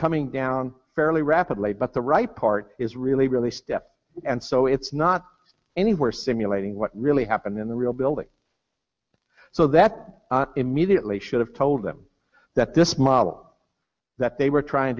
coming down fairly rapidly but the right part is really really stiff and so it's not anywhere simulating what really happened in the real building so that immediately should have told them that this model that they were trying